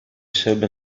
sarebbe